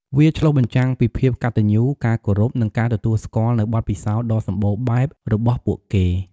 វាឆ្លុះបញ្ចាំងពីភាពកតញ្ញូ ការគោរព និងការទទួលស្គាល់នូវបទពិសោធន៍ដ៏សម្បូរបែបរបស់ពួកគាត់។